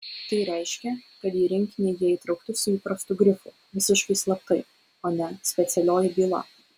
tai reiškė kad į rinkinį jie įtraukti su įprastu grifu visiškai slaptai o ne specialioji byla